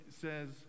says